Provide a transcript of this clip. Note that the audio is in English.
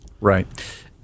right